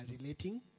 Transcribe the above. relating